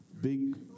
big